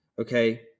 Okay